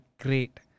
great